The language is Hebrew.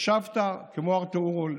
ישבת כמו ארטואורול,